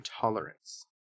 tolerance